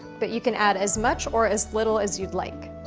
but you can add as much or as little as you'd like.